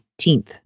18th